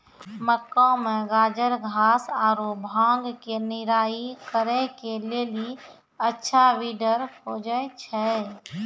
मक्का मे गाजरघास आरु भांग के निराई करे के लेली अच्छा वीडर खोजे छैय?